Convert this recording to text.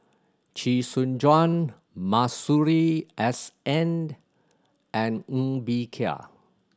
Chee Soon Juan Masuri S N and Ng Bee Kia